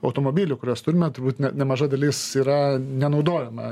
automobilių kuriuos turime turbūt ne nemaža dalis yra nenaudojama